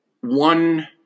one